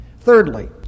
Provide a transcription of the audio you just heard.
Thirdly